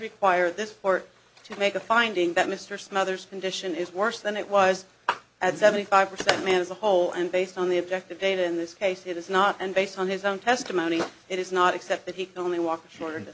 require this court to make a finding that mr smothers condition is worse than it was at seventy five percent man as a whole and based on the objective data in this case it is not and based on his own testimony it is not except that he can only walk